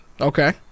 Okay